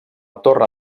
torre